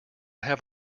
have